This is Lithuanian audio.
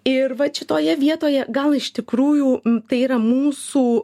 ir vat šitoje vietoje gal iš tikrųjų tai yra mūsų